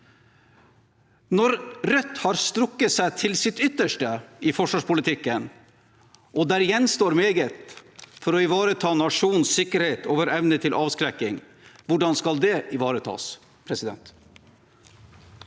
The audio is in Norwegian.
Når Rødt har strukket seg til sitt ytterste i forsvarspolitikken og det gjenstår meget for å ivareta nasjonens sikkerhet og vår evne til avskrekking, hvordan skal det ivaretas? Bengt